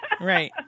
right